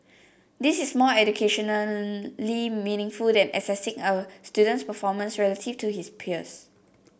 this is more educationally meaningful than assessing a student's performance relative to his peers